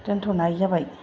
दोनथनाय जाबाय